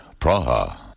Praha